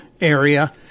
area